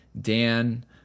Dan